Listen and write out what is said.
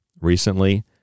recently